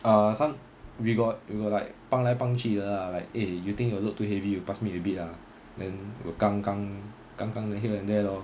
uh some we got we got like 帮来帮去的 lah like eh you think your load too heavy you pass me a bit lah then 扛扛扛 here and there lor